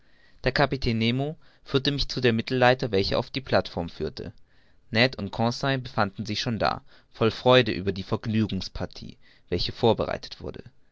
der kapitän nemo führte mich zu der mittelleiter welche auf die plateform führte ned und conseil befanden sich schon da voll freude über die vergnügungspartie welche vorbereitet wurde